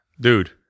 Dude